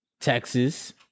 Texas